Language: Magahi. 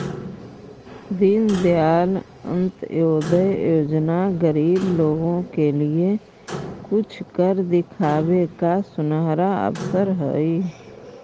दीनदयाल अंत्योदय योजना गरीब लोगों के लिए कुछ कर दिखावे का सुनहरा अवसर हई